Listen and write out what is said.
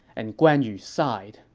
and guan yu sighed,